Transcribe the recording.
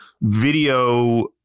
video